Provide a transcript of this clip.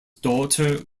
daughter